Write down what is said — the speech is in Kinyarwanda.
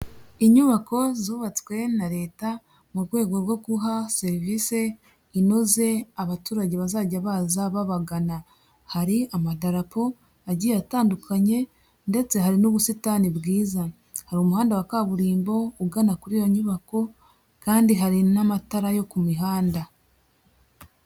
Inyubako zubatswe na leta mu rwego rwo guha serivisi inoze abaturage bazajya baza babagana, hari amadapo agiye atandukanye ndetse hari n'ubusitani bwiza, hari umuhanda wa kaburimbo ugana kuri iyo nyubako kandi hari n'amatara yo ku mihanda.